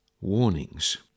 warnings